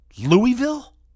Louisville